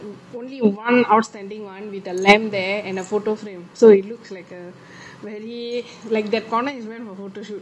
with only one outstanding one with the lamp there and a photo frame so it looks like a very like that corner is meant for photoshoot